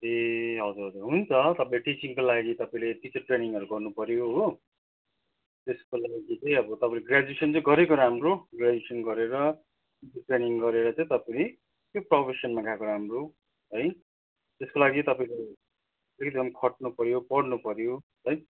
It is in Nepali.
ए हजुर हजुर हुन्छ तपाईँ टिचिङको लागि तपाईँले टिचर ट्रेनिङहरू गर्नुपऱ्यो हो त्यसको लागि चाहिँ अब तपाईँले ग्र्याजुएसन चाहिँ गरेको राम्रो ग्र्याजुएसन गरेर ट्रेनिङ गरेर चाहिँ तपाईँ त्यो प्रोफेसनमा गएको राम्रो है त्यसको लागि तपाईँले एकदम खट्नुपऱ्यो पढ्नुपऱ्यो है